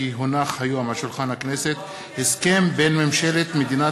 כי הונח היום על שולחן הכנסת הסכם בין ממשלת מדינת